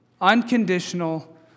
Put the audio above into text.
Unconditional